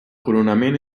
coronament